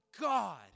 God